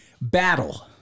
Battle